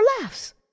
laughs